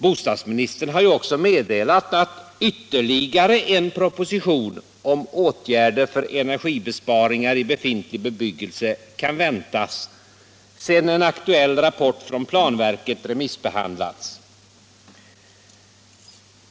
Bostadsministern har ju också meddelat att ytterligare en proposition om åtgärder för energibesparingar i befintlig bebyggelse kan väntas, sedan en aktuell rapport från planverket remissbehandlats.